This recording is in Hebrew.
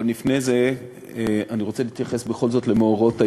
אבל לפני זה אני רוצה להתייחס בכל זאת למאורעות היום.